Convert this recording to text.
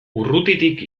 urrutitik